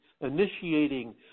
initiating